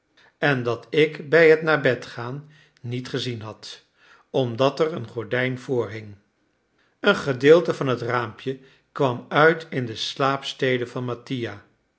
en dat ik bij het naar bed gaan niet gezien had omdat er een gordijn voor hing een gedeelte van het raampje kwam uit in de slaapstede van mattia